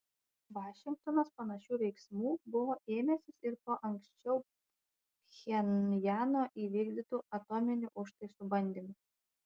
vašingtonas panašių veiksmų buvo ėmęsis ir po anksčiau pchenjano įvykdytų atominių užtaisų bandymų